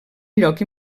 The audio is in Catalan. lloc